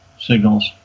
signals